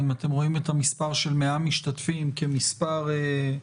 אם אתם רואים את המספר של 100 משתתפים כמספר מפתח,